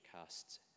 casts